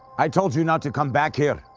i told you not to come back here.